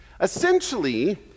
Essentially